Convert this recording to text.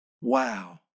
wow